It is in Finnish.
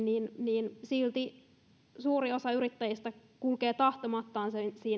niin niin silti suuri osa yrittäjistä kulkee tahtomattaan